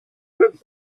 peuplé